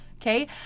Okay